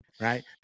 right